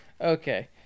okay